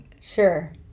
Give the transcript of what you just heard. Sure